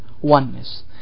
oneness